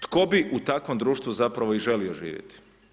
Tko bi u takvom društvu zapravo i želio živjeti?